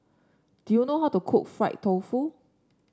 do you know how to cook Fried Tofu